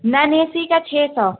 naan A C کا چھ سو